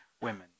women